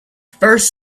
first